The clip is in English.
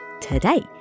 today